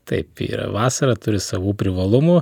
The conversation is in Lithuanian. taip yra vasara turi savų privalumų